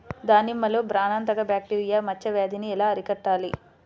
దానిమ్మలో ప్రాణాంతక బ్యాక్టీరియా మచ్చ వ్యాధినీ ఎలా అరికట్టాలి?